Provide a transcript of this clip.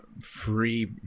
free